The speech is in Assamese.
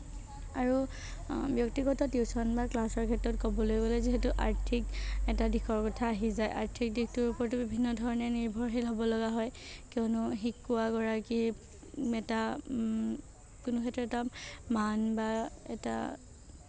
আৰু ব্যক্তিগত টিউশ্যন বা ক্লাছৰ ক্ষেত্ৰত ক'বলৈ গ'লে যিহেতু আৰ্থিক এটা দিশৰ কথা আহি যায় আৰ্থিক দিশটোৰ ওপৰতো বিভিন্ন ধৰণে নিৰ্ভৰৰ্শীল হ'ব লগা হয় কিয়নো শিকোৱাগৰাকী এটা কোনো ক্ষেত্ৰত এটা মান বা এটা